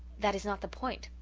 that is not the point.